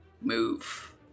move